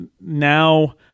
now